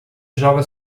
joga